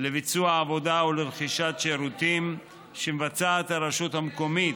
לביצוע עבודה או לרכישת שירותים שמבצעת הרשות המקומית,